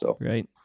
Right